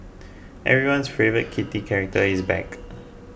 everyone's favourite kitty character is back